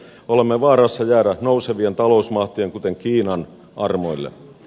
olemme vaarassa jäädä nousevien talousmah tien kuten kiinan armoille